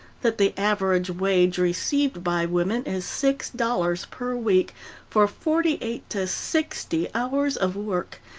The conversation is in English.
that the average wage received by women is six dollars per week for forty-eight to sixty hours of work,